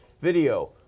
video